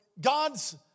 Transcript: God's